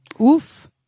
Oof